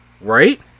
Right